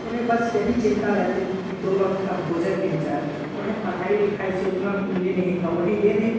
उन्हें बस यही चिंता रहती थी कि दो वक्त का भोजन मिल जाए उन्हें पढ़ाई लिखाई से उतना यह नहीं था उन्हें यह नहीं